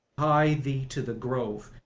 hie thee to the grove,